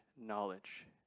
knowledge